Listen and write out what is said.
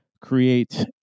create